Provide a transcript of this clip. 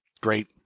Great